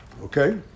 Okay